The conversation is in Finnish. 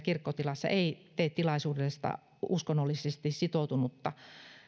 kirkkotilassa ei itsessään tee tilaisuudesta uskonnollisesti sitoutunutta